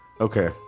Okay